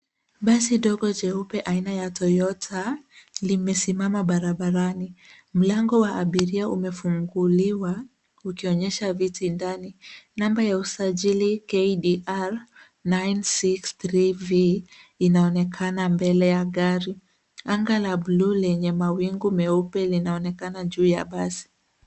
Basi dogo jeupe aina ya Toyota limesimama barabarani. Mlango wa abiria umefunguliwa ukionyesha viti ndani. Namba ya usajili, KDR 963V, inaonekana mbele ya gari. Anga la buluu lenye mawingu meupe linaonekana juu ya basi.